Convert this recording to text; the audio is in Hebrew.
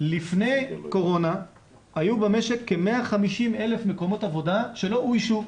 לפני קורונה היו במשק כ-150,000 מקומות עבודה שלא אוישו.